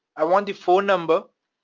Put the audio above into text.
i want the phone number,